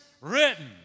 written